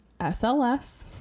SLS